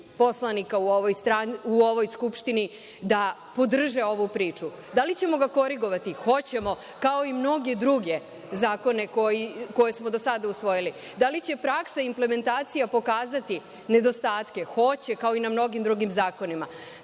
u ovoj Skupštini, da podrže ovu priču. Da li ćemo ga korigovati? Hoćemo kao i mnoge druge zakone koje smo do sada usvojili. Da li će praksa implementacije pokazati nedostatke? Hoće, kao i na mnogim drugim zakonima.